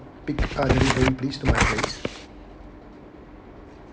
pick uh delivery please to my place